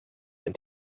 and